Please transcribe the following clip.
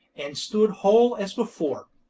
and stood whole as before.